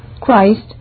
Christ